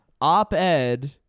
Op-ed